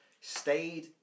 stayed